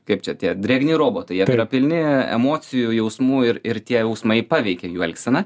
kaip čia tie drėgni robotai jie yra pilni emocijų jausmų ir ir tie jausmai paveikia jų elgseną